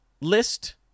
list